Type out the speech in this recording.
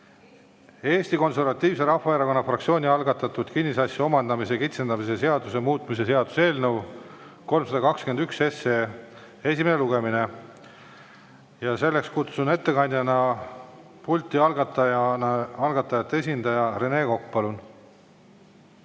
Eesti Konservatiivse Rahvaerakonna fraktsiooni algatatud kinnisasja omandamise kitsendamise seaduse muutmise seaduse eelnõu 321 esimene lugemine. Kutsun ettekandeks pulti algatajate esindaja Rene Koka.